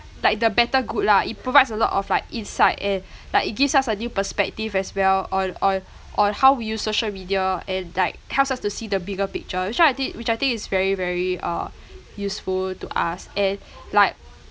like the better good lah it provides a lot of like insight and like it gives us a new perspective as well on on on how we use social media and like helps us to see the bigger picture so I think which I think is very very uh useful to us and like